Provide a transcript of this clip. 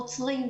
עוצרים.